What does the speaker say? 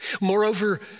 Moreover